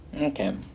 Okay